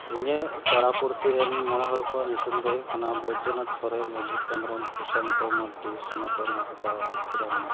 ᱤᱧᱟᱹᱜ ᱯᱟᱲᱟ ᱯᱩᱲᱥᱤᱨᱮᱱ ᱢᱚᱬᱮᱦᱚᱲ ᱠᱚᱣᱟᱜ ᱧᱩᱛᱩᱢ ᱫᱚ ᱦᱩᱭᱩᱜ ᱠᱟᱱᱟ ᱵᱚᱭᱫᱚᱱᱟᱛᱷ ᱥᱚᱨᱮᱱ ᱚᱡᱤᱛ ᱦᱮᱢᱵᱨᱚᱢ ᱯᱚᱥᱟᱱᱛᱚ ᱢᱟᱨᱰᱤ ᱥᱚᱱᱟᱛᱚᱱ ᱦᱟᱸᱥᱫᱟ ᱞᱩᱠᱷᱤᱨᱟᱢ ᱢᱟᱨᱰᱤ